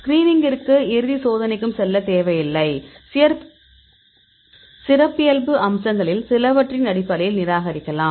ஸ்கிரீனிங்கிற்கும் இறுதி சோதனைக்கும் செல்ல தேவையில்லை சிறப்பியல்பு அம்சங்களில் சிலவற்றின் அடிப்படையில் நிராகரிக்கலாம்